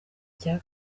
cya